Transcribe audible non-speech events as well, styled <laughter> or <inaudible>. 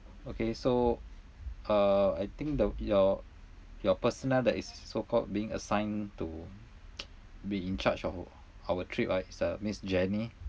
okay so uh I think the your your personnel that is so called being assigned to <noise> be in charged of our trip ah is uh miss jenny